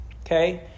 okay